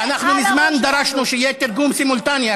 ואנחנו מזמן דרשנו שיהיה תרגום סימולטני,